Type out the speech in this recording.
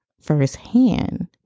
firsthand